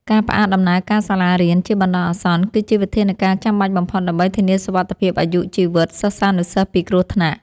ការផ្អាកដំណើរការសាលារៀនជាបណ្តោះអាសន្ន គឺជាវិធានការចាំបាច់បំផុត ដើម្បីធានាសុវត្ថិភាពអាយុជីវិតសិស្សានុសិស្សពីគ្រោះថ្នាក់។